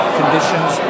conditions